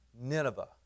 Nineveh